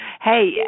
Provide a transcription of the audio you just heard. Hey